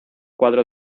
cuadro